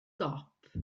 dop